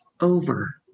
over